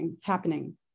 happening